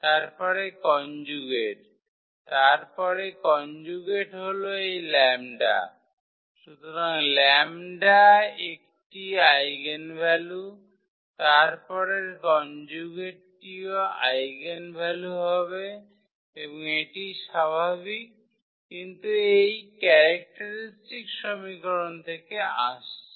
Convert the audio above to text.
তারপরে কনজুগেট তারপরে কনজুগেট হল এই 𝜆 সুতরাং 𝜆 একটি আইগেনভ্যালু তারপরের কনজুগেটটিও আইগেনভ্যালু হবে এবং এটি স্বাভাবিক কিন্তু এই ক্যারেক্টারিস্টিক সমীকরণ থেকে আসছে